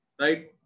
Right